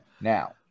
Now